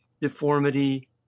deformity